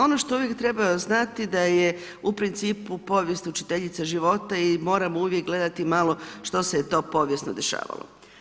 Ono što uvijek treba znati, da je u principu povijest učiteljica života i moramo uvijek gledati mali što se je to povijesno dešavalo.